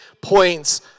points